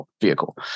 vehicle